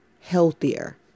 healthier